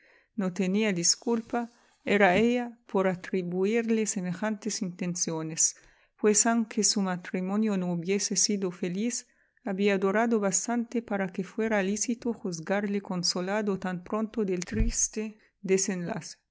no tenía disculpa era lla por atribuirle semejantes intenciones pues aunque su matrimonio no hubiese sido feliz había durado bastante para que fuera lícito juzgarle consolado tan pronto del triste